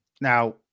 now